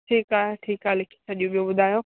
ठीकु आहे ठीकु आहे लिखी छॾी ॿियो ॿुधायो